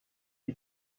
you